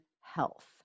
health